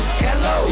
hello